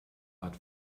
but